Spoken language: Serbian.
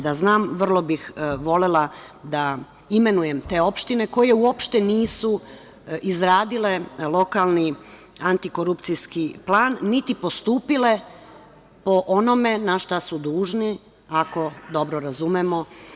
Da znam, vrlo bih volela da imenujem te opštine koje uopšte nisu izradile lokalni antikorupcijski plan niti postupile po onome na šta su dužne, ako dobro razumemo.